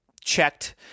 checked